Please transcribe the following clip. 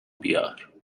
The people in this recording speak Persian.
بیار